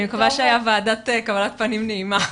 אני מקווה שהיתה וועדת קבלת פנים נעימה.